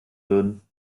würden